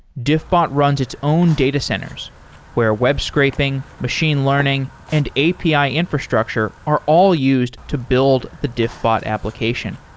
diffbot runs its own data centers where web scraping, machine learning and api infrastructure are all used to build the diffbot application.